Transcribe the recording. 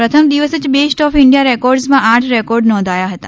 પ્રથમ દિવસે જ બેસ્ટ ઓફ ઇન્ડિયા રેકોર્ડસમાં આઠ રેકોર્ડ નોંધાયા હતા